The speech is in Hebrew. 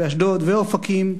אשדוד ואופקים,